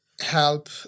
help